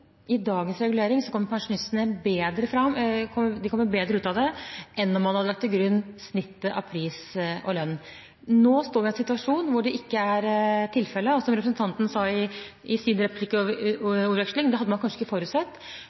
kommer pensjonistene bedre ut enn om man hadde lagt til grunn snittet av pris og lønn. Nå står vi i en situasjon hvor det ikke er tilfellet, og som representanten sa i sin replikkordveksling: Det hadde man kanskje ikke forutsett.